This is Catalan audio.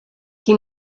qui